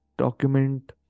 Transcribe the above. Document